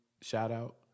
shout-out